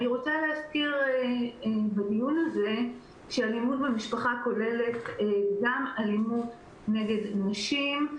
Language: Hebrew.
אני רוצה להזכיר בדיון הזה שאלימות במשפחה כוללת גם אלימות נגד נשים,